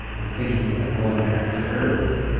um thinking about going back to earth.